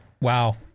Wow